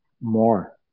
more